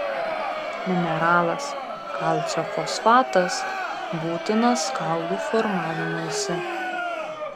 mineralas kalcio fosfatas būtinas kaulų formavimuisi